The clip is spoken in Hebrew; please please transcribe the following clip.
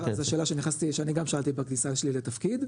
זו שאלה שאני גם שאלתי בכניסה שלי לתפקיד,